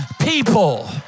people